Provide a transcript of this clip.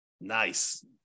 Nice